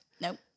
Nope